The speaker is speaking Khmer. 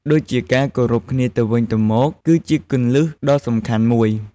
ដូចជាការគោរពគ្នាទៅវិញទៅមក គឺជាគន្លឹះដ៏សំខាន់មួយ។